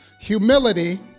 humility